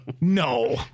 No